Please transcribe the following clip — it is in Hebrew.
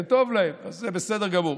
זה טוב להם, וזה בסדר גמור.